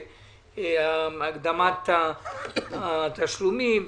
והקדמת התשלומים,